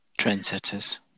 Trendsetters